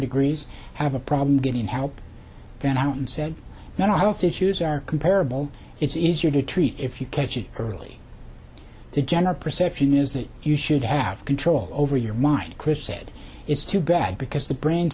agrees have a problem getting help then i don't say no to health issues are comparable it's easier to treat if you catch it early the general perception is that you should have control over your mind chris said it's too bad because the brain